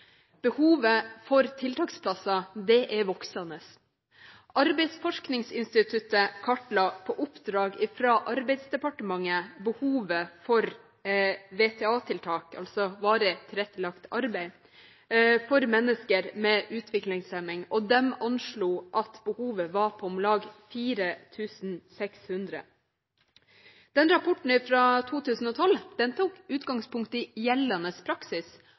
voksende. Arbeidsforskningsinstituttet kartla på oppdrag fra Arbeidsdepartementet behovet for VTA-plasser, altså Varig tilrettelagt arbeid, for mennesker med utviklingshemning, og de anslo at behovet var på om lag 4 600. Den rapporten fra 2012 tok utgangspunkt i gjeldende praksis,